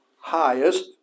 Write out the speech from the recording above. highest